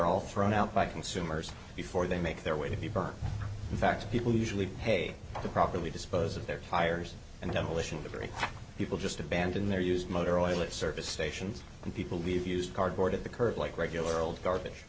all thrown out by consumers before they make their way to the park in fact people usually pay to properly dispose of their tires and demolition the very people just abandon their used motor oil it service stations and people leave used cardboard at the curb like regular old garbage